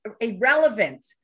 irrelevant